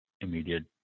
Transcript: immediate